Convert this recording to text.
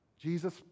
Jesus